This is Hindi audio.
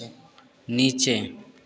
नीचे